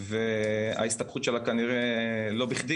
וההסתבכות שלה כנראה לא בכדי